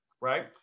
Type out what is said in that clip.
right